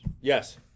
Yes